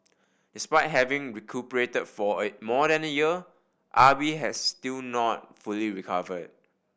despite having recuperated fora more than a year Ah Bi has still not fully recovered